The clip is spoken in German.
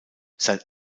seit